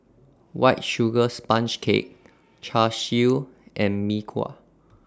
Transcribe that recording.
White Sugar Sponge Cake Char Siu and Mee Kuah